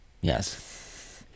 yes